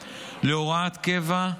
להוראת קבע,